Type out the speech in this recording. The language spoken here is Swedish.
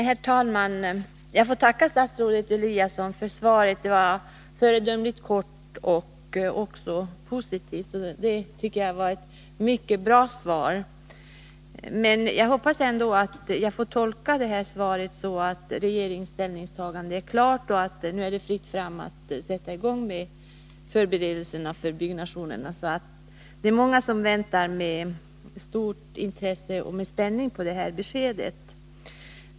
Herr talman! Jag får tacka statsrådet Eliasson för svaret. Det var föredömligt kort, och också positivt — ett mycket bra svar. Jag hoppas att jag får tolka detta svar så, att regeringens ställningstagande är klart och att det nu är fritt fram att sätta i gång med förberedelserna för byggnationerna. Det är många som med stort intresse och spänning väntar på ett sådant besked.